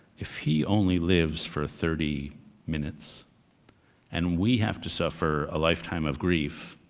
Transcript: if he only lives for thirty minutes and we have to suffer a lifetime of grief,